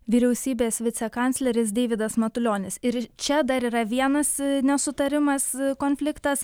vyriausybės vicekancleris deividas matulionis ir ir čia dar yra vienas nesutarimas konfliktas